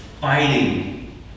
fighting